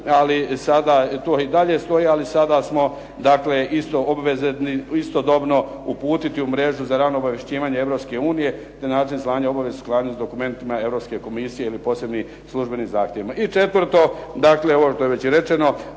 to i dalje stoji, ali sada smo dakle isto obvezni istodobno uputiti u mrežu za rano obavješćivanje Europske unije te način slanja obavijest … /Govornik se ne razumije./… dokumentima Europske komisije ili posebni službenim zahtjevima. I četvrto, dakle ovo što je već i rečeno